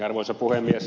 arvoisa puhemies